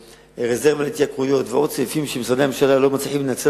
ברזרבה של התייקרויות ועוד סעיפים שמשרדי הממשלה לא מצליחים לנצל